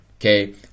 okay